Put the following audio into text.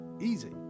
easy